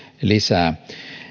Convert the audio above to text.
lisää